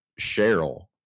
Cheryl